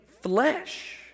flesh